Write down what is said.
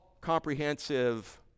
comprehensive